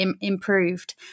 improved